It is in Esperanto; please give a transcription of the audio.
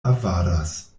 avaras